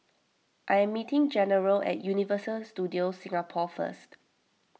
I am meeting General at Universal Studios Singapore first